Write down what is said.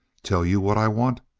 tell you what i want?